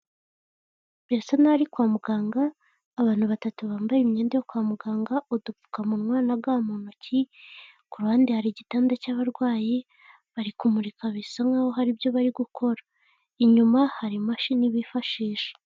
Birasa naho ari kwa muganga, abantu batatu bambaye imyenda yo kwa muganga, udupfukamunwa na ga mu ntoki, ku ruhande hari igitanda cy'abarwayi, bari kumurika bisa nkaho hari ibyo bari gukora, inyuma hari imashini bifashisha.